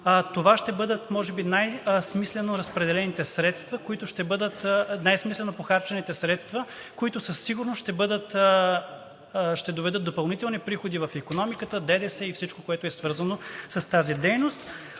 това ще бъдат може би най-смислено похарчените средства, които със сигурност ще доведат до допълнителни приходи в икономиката, ДДС и всичко, което е свързано с тази дейност.